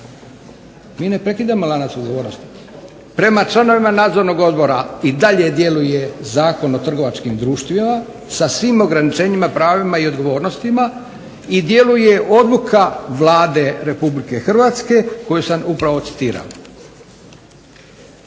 mi ne prekidamo lanac odgovornosti. Prema članovima nadzornog odbora i dalje djeluje Zakon o trgovačkim društvima sa svim ograničenjima, pravima i odgovornostima i djeluje odluka Vlade RH koju sam upravo citirao.